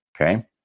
Okay